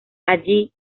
allí